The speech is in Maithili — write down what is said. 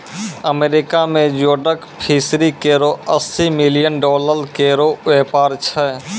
अमेरिका में जोडक फिशरी केरो अस्सी मिलियन डॉलर केरो व्यापार छै